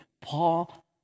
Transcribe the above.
Paul